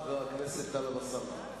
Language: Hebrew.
חבר הכנסת טלב אלסאנע.